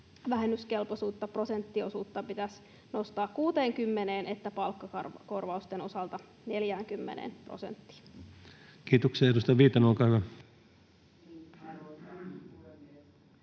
vähennyskelpoisuutta, prosenttiosuutta, pitäisi nostaa 60:een ja palkkakorvausten osalta 40 prosenttiin. Kiitoksia. — Edustaja Viitanen, olkaa hyvä.